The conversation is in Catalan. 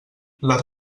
les